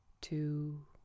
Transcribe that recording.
two